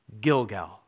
Gilgal